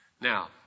Now